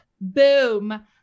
boom